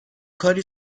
کاری